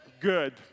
Good